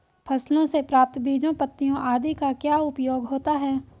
फसलों से प्राप्त बीजों पत्तियों आदि का क्या उपयोग होता है?